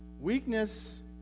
Weakness